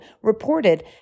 reported